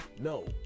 No